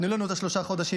תנו לנו את השלושה חודשים,